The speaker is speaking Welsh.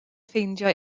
ffeindio